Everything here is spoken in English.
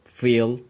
feel